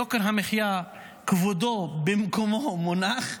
יוקר המחיה כבודו במקומו מונח,